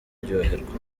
kuryoherwa